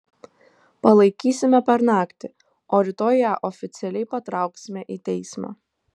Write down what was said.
palaikysime per naktį o rytoj ją oficialiai patrauksime į teismą